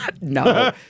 No